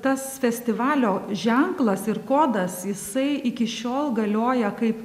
tas festivalio ženklas ir kodas jisai iki šiol galioja kaip